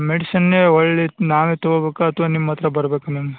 ಮೆಡಿಷನ್ನೇ ಒಳ್ಳೆಯ ಇತ್ತು ನಾವೇ ತೊಗೊಬೇಕಾ ಅಥವಾ ನಿಮ್ಮ ಹತ್ರ ಬರಬೇಕಾ ಮ್ಯಾಮ್